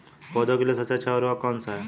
पौधों के लिए सबसे अच्छा उर्वरक कौन सा है?